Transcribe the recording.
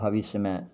भविष्यमे